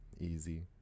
easy